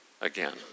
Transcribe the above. again